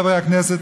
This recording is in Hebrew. חברי הכנסת,